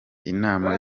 inama